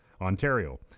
Ontario